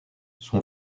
son